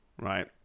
right